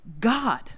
God